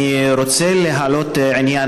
אני רוצה להעלות עניין,